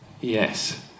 yes